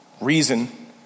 reason